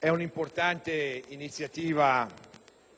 ad un'importante iniziativa